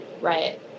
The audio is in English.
Right